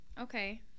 Okay